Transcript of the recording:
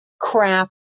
craft